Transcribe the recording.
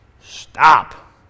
stop